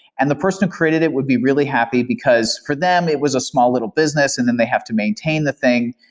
and the person who created it would be really happy, because for them it was a small little business and then they have to maintain the thing,